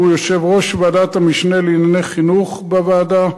שהוא יושב-ראש ועדת המשנה לענייני חינוך בוועדה,